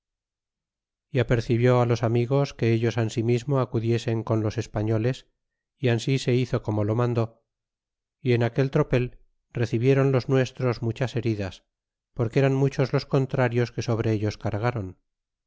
y apercibió los amigos que ellos ansimismo acudiesen con los españoles y ansi se hizo como lo mandó y en aquel tropel recibieron los nuestros muchas heridas porque eran muchos los contrarios que sobre ellos cargron